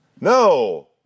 No